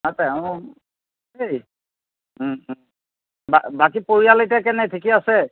আছে অঁ দেই বাকী পৰিয়াল এতিয়া কেনে ঠিকে আছে